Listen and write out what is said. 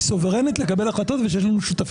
סוברנית לקבל החלטות ושיש לנו שותפים שם,